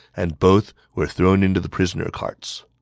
and both were thrown into the prisoner carts.